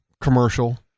commercial